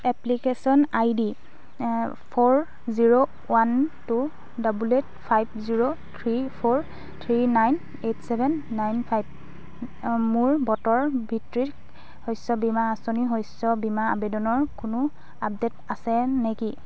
application I D four zero one two double eight five zero three four three nine eight seven nine five মোৰ বতৰ ভিত্তিত শস্য বীমা আঁচনি শস্য বীমা আবেদনৰ কোনো আপডেট আছে নেকি